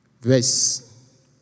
verse